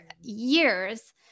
years